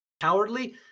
cowardly